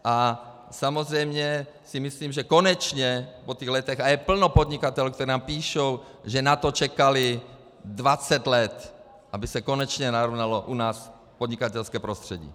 A samozřejmě si myslím, že konečně po těch letech a je plno podnikatelů, kteří nám píšou, že na to čekali dvacet let, aby se konečně narovnalo u nás podnikatelské prostředí.